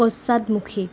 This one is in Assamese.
পশ্চাদমুখী